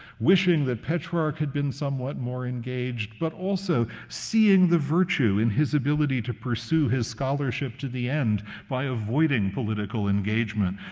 wishing that petrarch had been somewhat more engaged, but also seeing the virtue in his ability to pursue his scholarship to the end by avoiding political engagement.